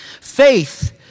Faith